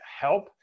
help